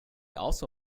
also